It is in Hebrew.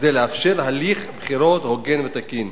כדי לאפשר הליך בחירות הוגן ותקין.